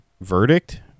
verdict